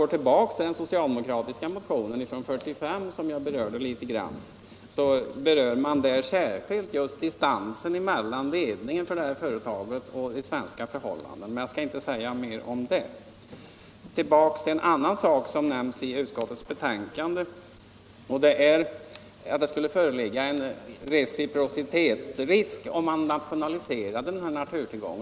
Jag berörde förut den socialdemokratiska motionen från 1945 litet grand. Där pekar man särskilt på distansen mellan ledningen för det här företaget och svenska förhållanden — men jag skall inte säga mer om det. Jag går tillbaka till en annan sak som nämns i utskottets betänkande: det skulle föreligga en reciprocitetsrisk om man nationaliserade den här naturtillgången.